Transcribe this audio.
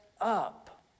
up